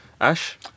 Ash